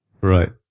Right